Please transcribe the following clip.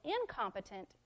incompetent